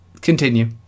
continue